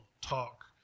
talk